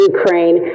Ukraine